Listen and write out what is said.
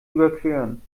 überqueren